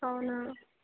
అవునా